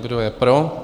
Kdo je pro?